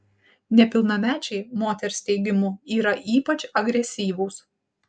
nepilnamečiai moters teigimu yra ypač agresyvūs